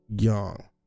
young